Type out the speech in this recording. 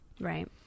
right